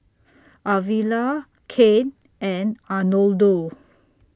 Arvilla Cain and Arnoldo